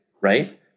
right